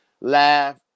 laugh